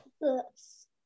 books